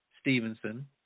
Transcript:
Stevenson